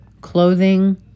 clothing